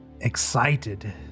excited